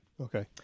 Okay